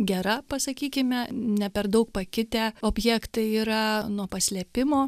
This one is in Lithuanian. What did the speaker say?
gera pasakykime ne per daug pakitę objektai yra nuo paslėpimo